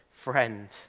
friend